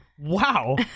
wow